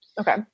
Okay